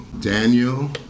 Daniel